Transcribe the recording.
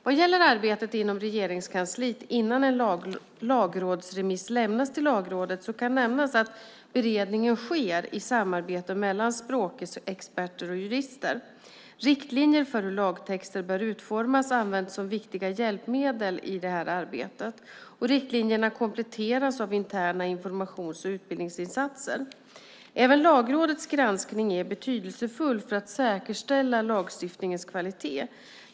Vad gäller arbetet inom Regeringskansliet innan en lagrådsremiss lämnas till Lagrådet, kan nämnas att beredningen sker i samarbete mellan språkexperter och jurister. Riktlinjer för hur lagtexter bör utformas används som viktiga hjälpmedel i detta arbete. Riktlinjerna kompletteras av interna informations och utbildningsinsatser. Även Lagrådets granskning är betydelsefull för att säkerställa lagstiftningens kvalitet.